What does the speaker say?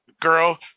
girl